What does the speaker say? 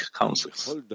councils